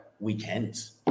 Weekends